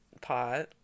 pot